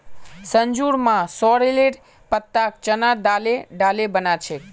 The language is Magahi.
संजूर मां सॉरेलेर पत्ताक चना दाले डाले बना छेक